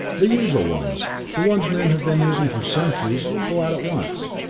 the usual ones, the ones men have been using for centuries, go out at once.